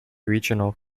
regional